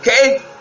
okay